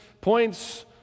points